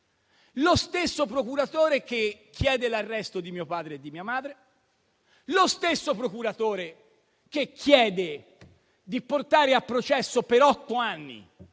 lo stesso procuratore che chiede l'arresto di mio padre e di mia madre; lo stesso procuratore che chiede di portare a processo per otto anni